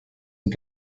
and